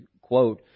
quote